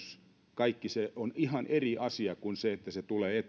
kaikki se on ihan eri asia kuin se että viesti tulee